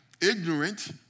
ignorant